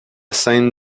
scène